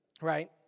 right